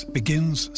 begins